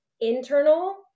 internal